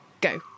go